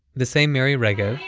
the same miri regev,